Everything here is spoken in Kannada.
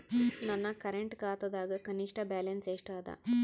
ನನ್ನ ಕರೆಂಟ್ ಖಾತಾದಾಗ ಕನಿಷ್ಠ ಬ್ಯಾಲೆನ್ಸ್ ಎಷ್ಟು ಅದ